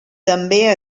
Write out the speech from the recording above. també